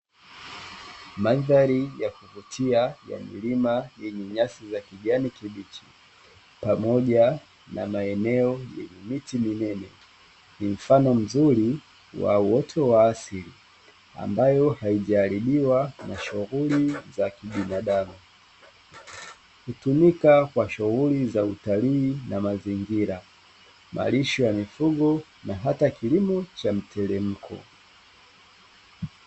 Madhari ya kuvutia ya milima yenye nyasi za kijani kibichi, pamoja na maeneo yenye miti minene; ni mfano mzuri wa uoto wa asili ambayo haijaharibiwa na shughuli za kibinadamu. Hutumika kwa shughuli za utalii na mazingira, malisho ya mifugo, na hata kilimo cha mteremko.